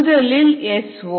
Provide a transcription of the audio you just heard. முதலில் S0